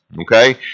okay